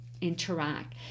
interact